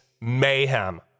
mayhem